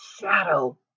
shadow